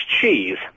cheese